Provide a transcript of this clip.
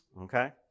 Okay